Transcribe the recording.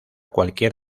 cualquier